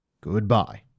goodbye